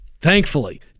thankfully